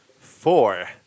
Four